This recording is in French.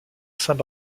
saint